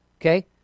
Okay